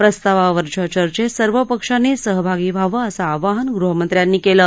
प्रस्तावावरच्या चर्चेत सर्व पक्षांनी सहभागी व्हावं असं आवाहन गृहमंत्र्यांनी कलि